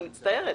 אני מצטערת.